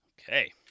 Okay